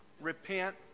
Repent